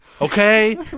Okay